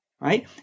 right